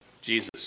Jesus